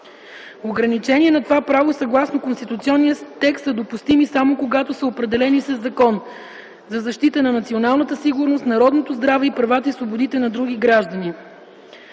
Ограничения на това право съгласно конституционния текст са допустими, само когато са определени със закон – за защита на националната сигурност, народното здраве и правата и свободите на други граждани.